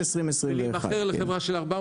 ולהימכר לחברה של 400?